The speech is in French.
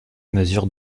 mesure